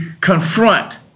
confront